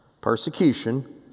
Persecution